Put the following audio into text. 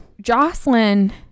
Jocelyn